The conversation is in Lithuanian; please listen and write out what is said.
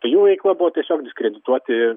tai jų veikla buvo tiesiog diskredituoti